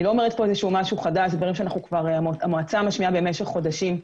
המועצה משמיעה דברים אלה משך חודשים.